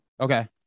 Okay